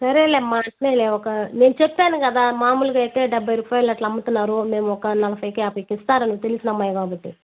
సరేలే అమ్మా అట్లనేలే ఒక నేను చెప్పాను కదా మామూలుగా అయితే డెబ్భై రూపాయలు అట్లా అమ్ముతున్నారు మేము ఒక నలభైకి యాభైకి ఇస్తాను తెలిసిన అమ్మాయి కాబట్టి